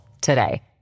today